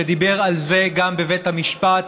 שדיבר על זה גם בבית המשפט,